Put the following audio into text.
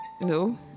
No